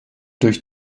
durch